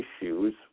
issues